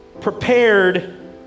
prepared